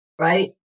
right